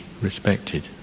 respected